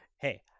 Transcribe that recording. Hey